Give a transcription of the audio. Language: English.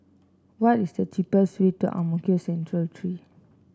what is the cheapest way to Ang Mo Kio Central Three